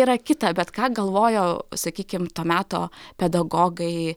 yra kita bet ką galvojo sakykime to meto pedagogai